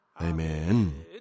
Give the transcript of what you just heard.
Amen